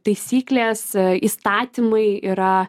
taisyklės įstatymai yra